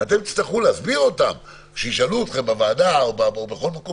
אתם תצטרכו להסביר אותן כשישאלו אתכם בוועדה או בכל מקום